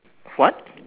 what